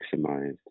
maximized